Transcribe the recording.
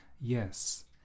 Yes